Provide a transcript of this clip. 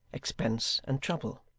expense, and trouble.